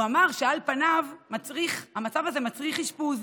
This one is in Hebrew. הוא אמר שעל פניו המצב הזה מצריך אשפוז,